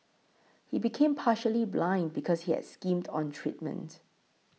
he became partially blind because he had skimmed on treatment